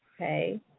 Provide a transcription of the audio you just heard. Okay